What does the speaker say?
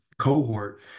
cohort